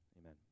Amen